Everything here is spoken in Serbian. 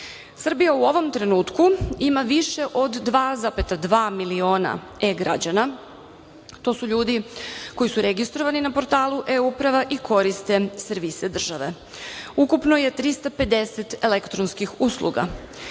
Srbije. Srbija u ovom trenutku ima više od 2,2 miliona e-građana. To su ljudi koji su registrovani na portalu E-uprava i koriste servise države. Ukupno je 350 elektronskih usluga.